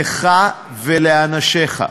לך ולאנשיך,